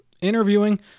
interviewing